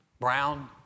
brown